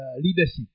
leadership